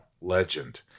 Legend